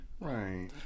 right